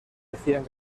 hacían